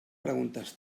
preguntes